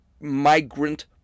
Migrant